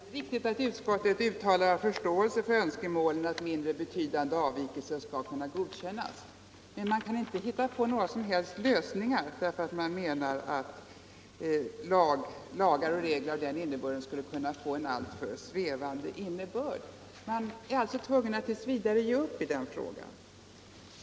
Herr talman! Det är riktigt att utskottet uttalar förståelse för önskemålet att mindre betydande avvikelser skall kunna godkännas, men utskottet säger sig inte hitta några lösningar därför att lagar och regler skulle få en alltför svävande innebörd. Man är alltså tvungen att t. v. ge upp i den frågan.